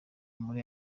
muri